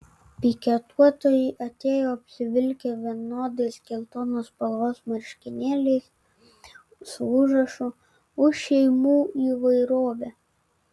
piketuotojai atėjo apsivilkę vienodais geltonos spalvos marškinėliais su užrašu už šeimų įvairovę